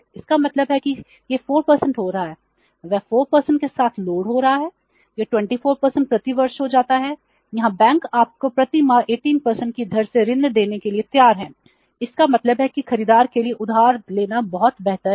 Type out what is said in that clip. इसका मतलब है कि यह 4 हो रहा है वह 4 के साथ लोड हो रहा है यह 24 प्रति वर्ष हो जाता है जहाँ बैंक आपको प्रति माह 18 की दर से ऋण देने के लिए तैयार है इसका मतलब है कि खरीदार के लिए उधार लेना बहुत बेहतर है